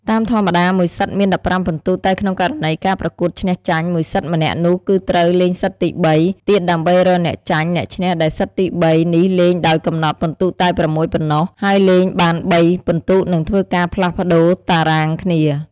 តាមធម្មតាមួយសិតមាន ១៥ពិន្ទុតែក្នុងករណីការប្រកួតឈ្នះ-ចាញ់មួយសិតម្នាក់នោះគឺត្រូវ លេងសិតទី ៣ ទៀតដើម្បីរកអ្នកចាញ់អ្នកឈ្នះដែលសិតទី ៣ នេះលេងដោយកំណត់ពិន្ទុតែ៦ ប៉ុណ្ណោះហើយលេងបាន ៣ ពិន្ទុនឹងធ្វើការផ្លាស់ប្ដូរតារាងគ្នា ។